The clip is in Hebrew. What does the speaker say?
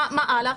מה הלאה?